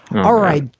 all right,